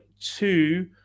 two